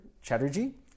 Chatterjee